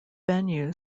venue